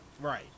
Right